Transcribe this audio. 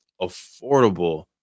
affordable